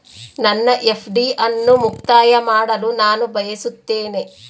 ನನ್ನ ಎಫ್.ಡಿ ಅನ್ನು ಮುಕ್ತಾಯ ಮಾಡಲು ನಾನು ಬಯಸುತ್ತೇನೆ